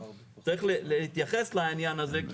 צריך להתייחס לעניין הזה.